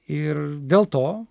ir dėl to